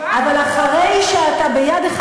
את שיבחת,